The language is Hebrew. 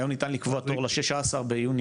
היום ניתן לקבוע תור ל-16 ביוני?